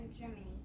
Germany